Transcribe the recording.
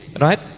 Right